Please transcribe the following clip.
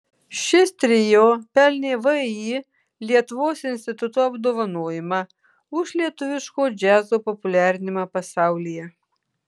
šis trio pelnė vį lietuvos instituto apdovanojimą už lietuviško džiazo populiarinimą pasaulyje